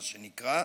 מה שנקרא,